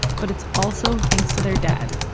but it's also thanks to their dad,